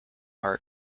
are